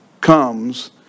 comes